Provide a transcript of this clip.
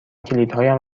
کلیدهایم